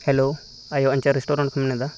hello ᱟᱭᱳ ᱟᱧᱪᱟᱨ restaurant ᱠᱷᱚᱱᱮᱢ ᱢᱮᱱᱮᱫᱟ